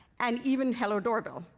and even hello doorbell.